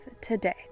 today